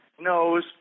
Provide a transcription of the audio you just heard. knows